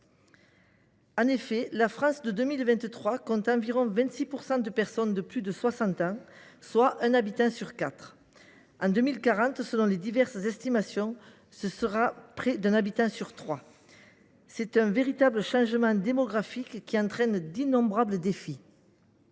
En effet, la France de 2023 compte environ 26 % de personnes de plus de 60 ans, soit un habitant sur quatre. En 2040, selon les diverses estimations, ce sera près d’un habitant sur trois ! C’est un véritable changement démographique, qui entraîne d’innombrables défis.